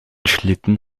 schlitten